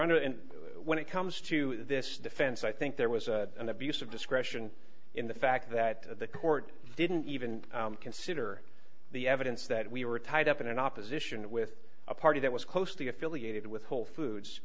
and when it comes to this defense i think there was an abuse of discretion in the fact that the court didn't even consider the evidence that we were tied up in an opposition with a party that was closely affiliated with whole foods